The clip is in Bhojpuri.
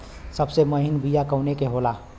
सबसे महीन बिया कवने के होला?